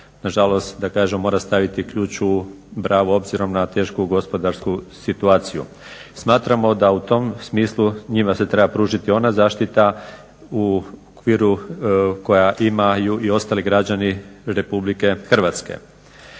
nažalost da kažem mora staviti ključ u bravu obzirom na tešku gospodarsku situaciju. Smatramo da u tom smislu njima se treba pružiti ona zaštita u okviru koja imaju i ostali građani RH. Iako